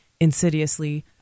Insidiously